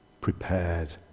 prepared